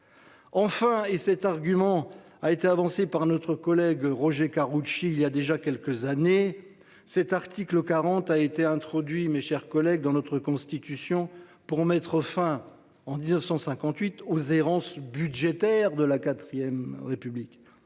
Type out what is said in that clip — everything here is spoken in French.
Enfin, et cet argument a été avancé par notre collège Roger Karoutchi il y a déjà quelques années, l’article 40 a été introduit en 1958 dans notre Constitution pour mettre fin aux errances budgétaires de la IVRépublique